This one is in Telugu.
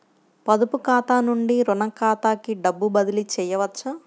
పొదుపు ఖాతా నుండీ, రుణ ఖాతాకి డబ్బు బదిలీ చేయవచ్చా?